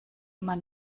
immer